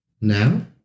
Now